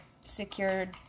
secured